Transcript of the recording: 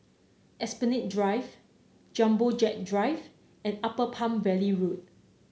Esplanade Drive Jumbo Jet Drive and Upper Palm Valley Road